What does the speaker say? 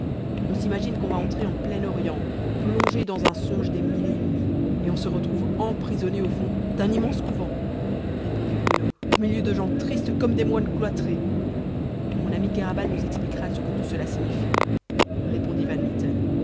on s'imagine qu'on va entrer en plein orient plonger dans un songe des mille et une nuits et on se trouve emprisonné au fond d'un immense couvent répondit bruno au milieu de gens tristes comme des moines cloîtrés mon ami kéraban nous expliquera ce que tout cela signifie répondit